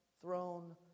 throne